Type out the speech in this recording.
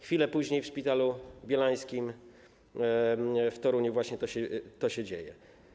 Chwilę później w szpitalu bielańskim w Toruniu właśnie to się dzieje.